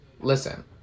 Listen